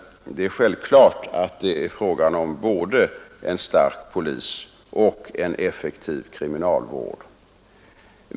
Det är självklart att det är fråga om både en stark polis och en effektiv kriminalvård.